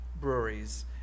breweries